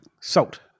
salt